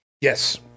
Yes